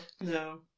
no